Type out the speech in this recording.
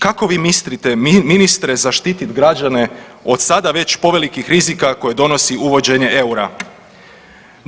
Kako vi mislite ministre zaštiti građane od sada već povelikih rizika koje donosi uvođenje EUR-a?